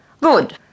Good